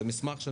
זה מסמך של